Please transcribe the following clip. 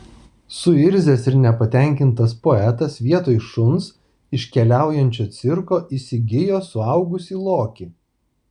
suirzęs ir nepatenkintas poetas vietoj šuns iš keliaujančio cirko įsigijo suaugusį lokį